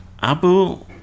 Abu